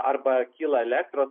arba kyla elektros